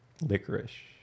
Licorice